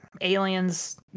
aliens